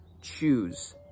choose